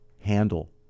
handle